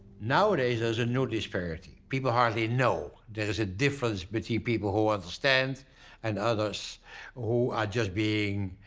nowadays there's a new disparity people hardly know there is a difference between people who understand and others who are just being,